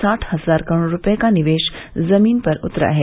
साठ हजार करोड़ रूपये का निवेश जमीन पर उतरा है